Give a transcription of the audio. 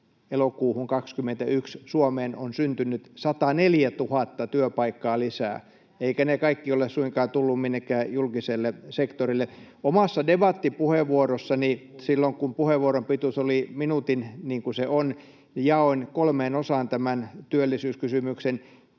elokuuhun 21 Suomeen on syntynyt 104 000 työpaikkaa lisää, eivätkä ne kaikki ole suinkaan tulleet minnekään julkiselle sektorille. Omassa debattipuheenvuorossani — silloin kun puheenvuoron pituus oli minuutin, niin kuin se on — jaoin kolmeen osaan tämän työllisyyskysymyksen.